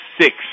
six